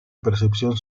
percepción